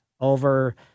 over